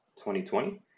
2020